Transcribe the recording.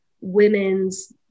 women's